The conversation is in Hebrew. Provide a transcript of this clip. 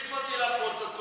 תוסיף אותי לפרוטוקול.